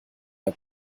der